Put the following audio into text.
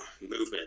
movement